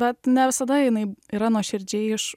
bet ne visada jinai yra nuoširdžiai iš